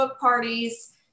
parties